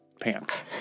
pants